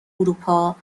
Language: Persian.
اروپا